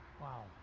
Wow